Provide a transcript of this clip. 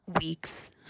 weeks